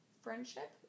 friendship